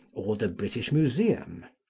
or the british museum,